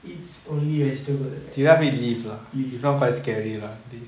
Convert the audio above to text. eat only vegetable leaf